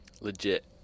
Legit